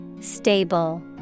Stable